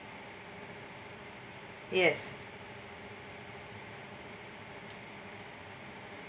yes